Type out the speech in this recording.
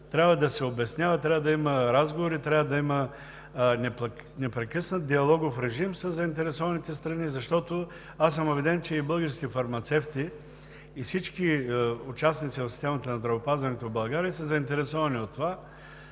трябва да се обяснява, трябва да има разговори, трябва да има непрекъснат диалогов режим със заинтересованите страни, защото, аз съм убеден, че и българските фармацевти, и всички участници в системата на здравеопазването в България са заинтересовани